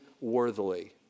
worthily